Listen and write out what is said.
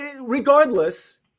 regardless